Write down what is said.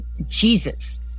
Jesus